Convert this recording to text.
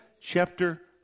chapter